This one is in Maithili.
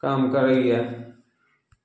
काम करइए